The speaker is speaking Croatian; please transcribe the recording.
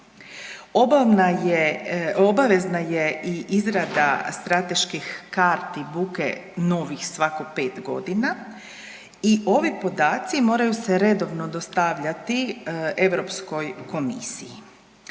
obavezna je i izrada strateških karti buke novih, svako 5 godina i ovi podaci moraju se redovno dostavljati Europskoj komisiji.